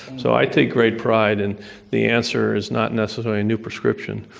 so i take great pride in the answer is not necessarily a new prescription.